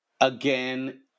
again